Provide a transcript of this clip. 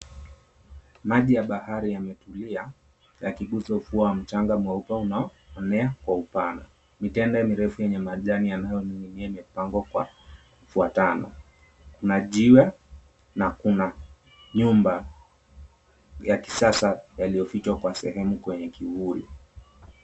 Maji ya bahari yametulia yakiguza ufuo wa mchanga mweupe unaoenea kwa upana. Mitende mirefu yenye majani yanayo ninginia imepangwa kwa kufwatana. Kuna jiwe na kuna na nyumba ya kisasa yaliyofichwa kwa sehemu kwenye kivuli.